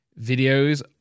videos